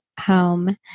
home